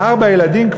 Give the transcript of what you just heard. ארבעה ילדים,